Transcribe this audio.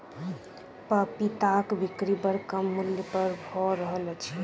पपीताक बिक्री बड़ कम मूल्य पर भ रहल अछि